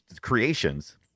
creations